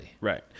Right